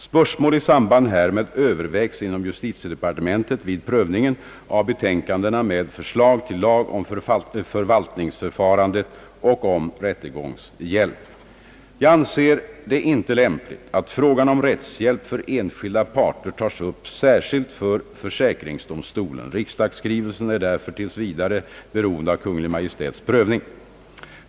Spörsmål i samband härmed övervägs inom justitiedepartementet vid prövningen av betänkandena med förslag till lag om förvaltningsförfarandet och om rättegångshjälp . Jag anser det inte lämpligt att frågan om rättshjälp för enskilda parter tas upp särskilt för försäkringsdomstolen. Riksdagsskrivelsen är därför tills vidare beroende på Kungl. Maj:ts prövning.